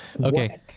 Okay